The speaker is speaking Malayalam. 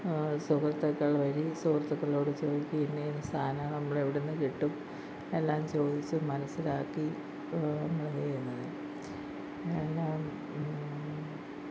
സുഹൃത്തുക്കൾ വഴി സുഹൃത്തുക്കളോട് ചോദിക്കും ഇന്ന ഇന്ന സാധനം എവിടുന്ന് കിട്ടും എല്ലാം ചോദിച്ചു മനസ്സിലാക്കി നമ്മൾ ഇത് ചെയ്യുന്നത് പിന്നെ